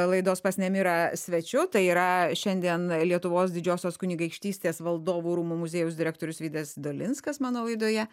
laidos pas nemirą svečiu tai yra šiandien lietuvos didžiosios kunigaikštystės valdovų rūmų muziejaus direktorius vydas dolinskas mano laidoje